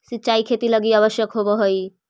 सिंचाई खेती लगी आवश्यक होवऽ हइ